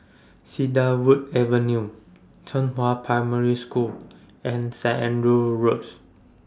Cedarwood Avenue Zhenghua Primary School and Saint Andrew's Road